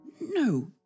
no